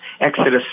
Exodus